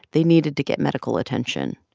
they needed to get medical attention.